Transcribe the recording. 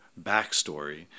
backstory